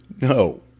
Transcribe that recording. No